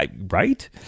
Right